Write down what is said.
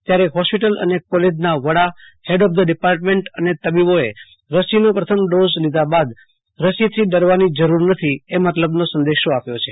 ત્યારે ફોસ્પિટલ અને કોલેજના વડા ફેડ ઓફ ધ ડિપાર્ટમેન્ટ અને તબીબોએ રસીનો પ્રથમ ડોઝ લીધા બાદ રસીથી ડરવાની જરૂર નથી એ મતલબનો સંદેશો આપ્યો છે